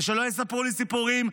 ושלא יספרו לי סיפורים,